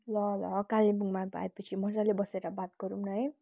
ल ल कालिम्पोङमा अब आएपछि मजाले बसेर बात गरौँ न है